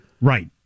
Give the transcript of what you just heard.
right